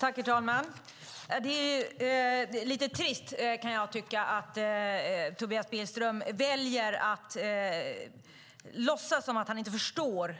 Herr talman! Det är lite trist att Tobias Billström väljer att låtsas som att han inte förstår